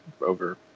over